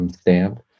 stamp